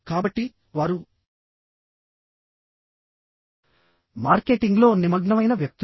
కాబట్టి వారు మార్కెటింగ్లో నిమగ్నమైన వ్యక్తులు